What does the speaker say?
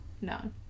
No